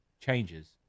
changes